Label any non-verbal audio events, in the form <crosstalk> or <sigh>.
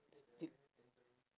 <noise>